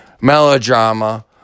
melodrama